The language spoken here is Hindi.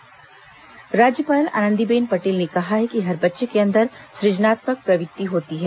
राज्यपाल शिविर राज्यपाल आनंदीबेन पटेल ने कहा है कि हर बच्चे के अंदर सुजनात्मक प्रवृत्ति होती है